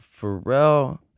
Pharrell